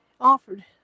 offered